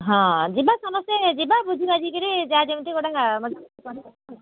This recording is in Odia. ହଁ ଯିବା ସମସ୍ତେ ଯିବା ବୁଝି ବାଝିକରି ଯାହା ଯେମିତି ଗୋଟିଏ କରିବା ଆଉ